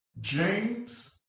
James